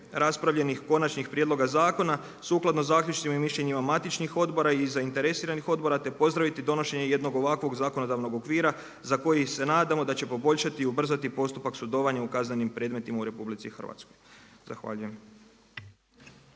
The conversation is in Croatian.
raspravljenih konačnih prijedloga zakona sukladno zaključcima i mišljenja matičnih odbora i zainteresiranih odbora te pozdraviti donošenje jednog ovakvog zakonodavnog okvira za koji se nadamo da će poboljšati i ubrzati postupak sudovanja u kaznenim predmetima u RH. Zahvaljujem.